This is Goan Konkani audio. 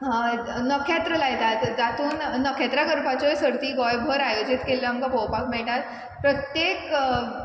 नखेत्र लायतात तातून नखेत्रां करपाच्यो सर्ती गोंयभर आयोजीत केल्ल्यो आमकां पोळोपाक मेयटात प्रत्येक